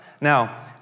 Now